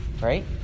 right